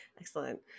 Excellent